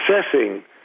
assessing